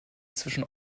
zwischen